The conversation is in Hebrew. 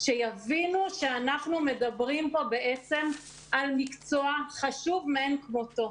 שיבינו שאנחנו מדברים פה בעצם על מקצוע חשוב מאין כמותו.